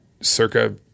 circa